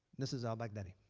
this is al-baghdadi.